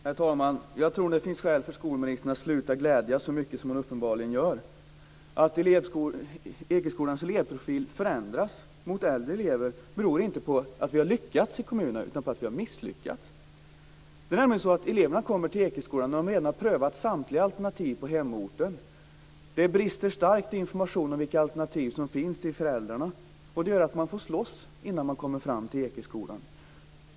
Herr talman! Jag tror att det finns skäl för skolministern att sluta glädjas så mycket som hon uppenbarligen gör. Att Ekeskolans ledprofil förändras mot äldre elever beror inte på att vi har lyckats i kommuner utan på att vi har misslyckats. Det är nämligen så att när eleverna kommer till Ekeskolan har de redan prövat samtliga alternativ på hemorten. Det brister starkt i informationen till föräldrarna om vilka alternativ som finns. Det gör att man får slåss innan man kommer fram till Ekeskolan.